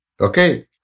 Okay